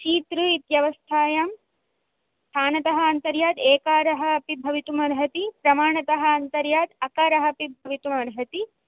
कीतृ इत्यावस्थायाम् स्थानतः अन्तर्यात् एकारः अपि भवितुमर्हति प्रमाणतः अन्तर्यात् अकारः अपि भवतुमर्हति